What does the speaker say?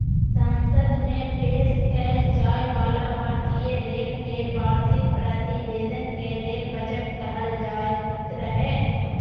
संसद मे पेश कैल जाइ बला भारतीय रेल केर वार्षिक प्रतिवेदन कें रेल बजट कहल जाइत रहै